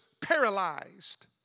paralyzed